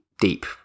deep